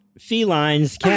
felines